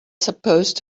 supposed